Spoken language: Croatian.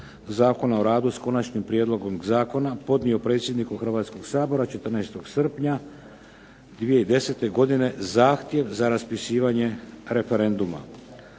Zakona o radu s konačnim prijedlogom zakona podnio predsjedniku Hrvatskoga sabora 14. srpnja 2010. godine zahtjev za raspisivanje referenduma.